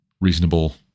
reasonable